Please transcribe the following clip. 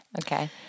Okay